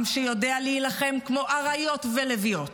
עם שיודע להילחם כמו אריות ולביאות,